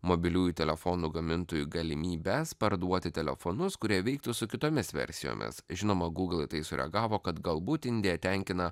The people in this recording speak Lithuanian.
mobiliųjų telefonų gamintojų galimybes parduoti telefonus kurie veiktų su kitomis versijomis žinoma google į tai sureagavo kad galbūt indija tenkina